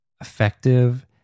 effective